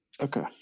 Okay